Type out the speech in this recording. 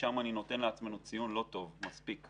שם אני נותן לעצמנו ציון לא טוב מספיק.